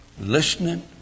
listening